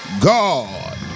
God